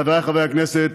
חבריי חברי הכנסת,